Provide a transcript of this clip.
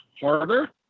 Harder